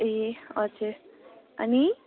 ए हजुर अनि